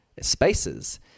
spaces